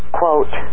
quote